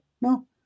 No